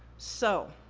so,